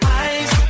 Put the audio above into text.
eyes